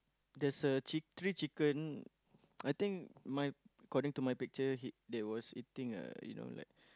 there's a chick~ three chicken I think my according to my picture he they was eating a you know like